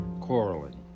quarreling